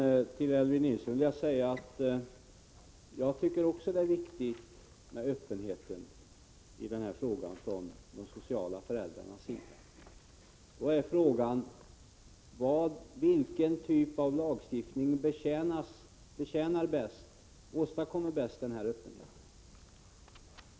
Herr talman! Till Elvy Nilsson vill jag säga att också jag tycker det är viktigt med öppenhet i denna fråga från de sociala föräldrarnas sida. Då är frågan: Vilken typ av lagstiftning åstadkommer bäst denna öppenhet?